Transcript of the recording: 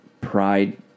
pride